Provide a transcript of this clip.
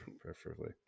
preferably